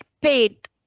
paid